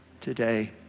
today